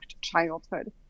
childhood